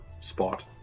spot